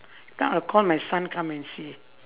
then I'll call my son come and see